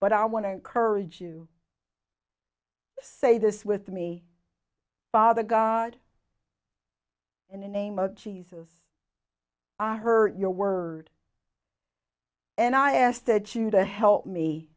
but i want to encourage you say this with me father god in the name of jesus i heard your word and i ask that you to help me